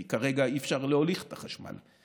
כי כרגע אי-אפשר להוליך את החשמל.